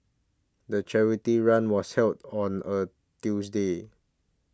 the charity run was held on a Tuesday